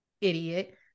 Idiot